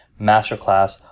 masterclass